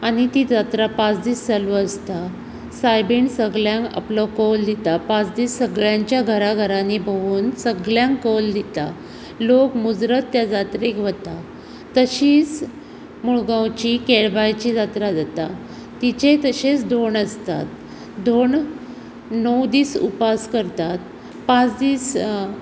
आनी ती जात्रा पांच दीस चालू आसता सायबीण सगल्यांक आपलो कौल दिता पांच दीस सगल्यांच्या घरा घरांनी भोंवून सगल्यांक कौल दिता लोक मुजरत त्या जात्रेक वतात तशीच मुळगांवची केळबायची जात्रा जाता तिचेय तशेंच धोंड आसतात धोंड णव दीस उपास करतात पांच दीस